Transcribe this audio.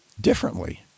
differently